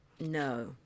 no